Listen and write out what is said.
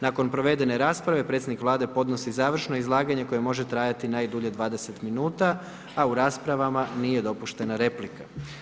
Nakon provedene rasprave, predsjednik Vlade podnosi završno izlaganje koje može trajati najdulje 20 minuta a u raspravama nije dopuštena replika.